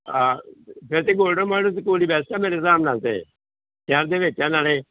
ਹਾਂ ਵੈਸੇ golden mould school ਹੀ ਬੈਸਟ ਹੈ ਮੇਰੇ ਹਿਸਾਬ ਨਾਲ ਤਾਂ ਸ਼ਹਿਰ ਦੇ ਵਿੱਚ ਆ ਨਾਲੇ